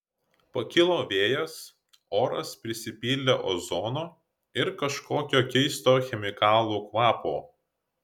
pakilo vėjas oras prisipildė ozono ir kažkokio keisto chemikalų kvapo